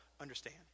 understand